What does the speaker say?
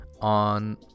on